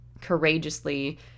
courageously